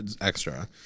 extra